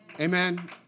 Amen